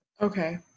okay